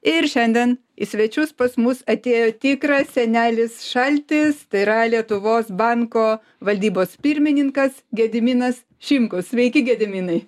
ir šiandien į svečius pas mus atėjo tikras senelis šaltis tai yra lietuvos banko valdybos pirmininkas gediminas šimkus sveiki gediminai